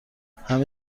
همه